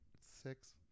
Six